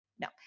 no